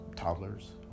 toddlers